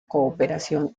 cooperación